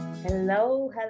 Hello